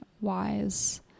wise